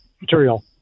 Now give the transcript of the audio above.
material